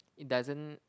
it doesn't